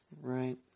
Right